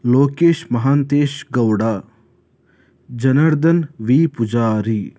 Lokesh Mahantesh Gowda Janardhan V Poojary